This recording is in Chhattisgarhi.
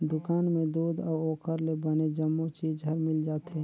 दुकान में दूद अउ ओखर ले बने जम्मो चीज हर मिल जाथे